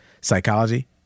psychology